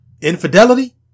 infidelity